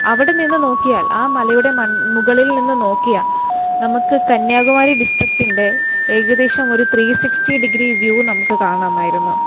അവിടെ നിന്ന് നോക്കിയാൽ ആ മലയുടെ മുകളിൽ നിന്ന് നോക്കിയാൽ നമുക്ക് കന്യാകുമാരി ഡിസ്ട്രിക്റ്റിന്റെ ഏകദേശം ഒരു ത്രീ സിക്സ്റ്റീ ഡിഗ്രി വ്യൂ നമുക്ക് കാണാമായിരുന്നു